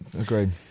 agreed